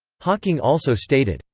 hawking also stated,